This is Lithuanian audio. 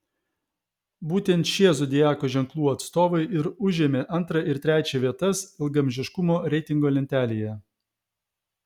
būtent šie zodiako ženklų atstovai ir užėmė antrą ir trečią vietas ilgaamžiškumo reitingo lentelėje